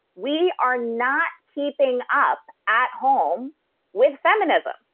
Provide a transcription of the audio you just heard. we are not keeping up at home with feminism.